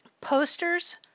posters